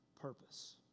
purpose